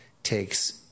takes